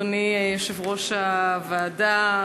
אדוני יושב-ראש הוועדה,